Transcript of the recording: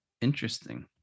interesting